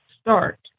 start